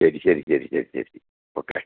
ശരി ശരി ശരി ശരി ശരി ഓക്കേ